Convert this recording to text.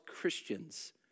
Christians